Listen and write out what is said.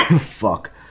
Fuck